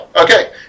Okay